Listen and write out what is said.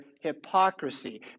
hypocrisy